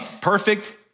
Perfect